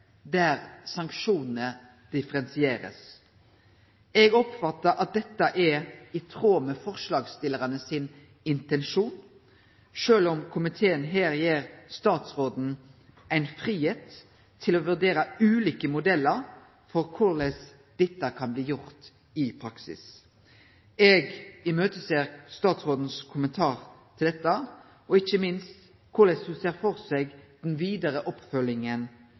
der sanksjonane blir differensierte. Eg oppfattar at dette er i tråd med forslagsstillarane sin intensjon, sjølv om komiteen her gir statsråden fridom til å vurdere ulike modellar for korleis dette kan bli gjort i praksis. Eg ser fram til statsråden sin kommentar til dette, og ikkje minst korleis ho ser for seg den vidare oppfølginga